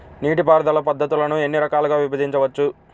నీటిపారుదల పద్ధతులను ఎన్ని రకాలుగా విభజించవచ్చు?